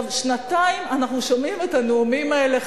שנתיים אנחנו שומעים את הנאומים האלה.